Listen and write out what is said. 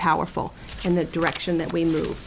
powerful and the direction that we move